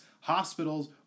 Hospitals